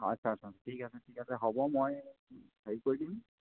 আচ্ছা আচ্ছা ঠিক আছে ঠিক আছে হ'ব মই হেৰি কৰি দিম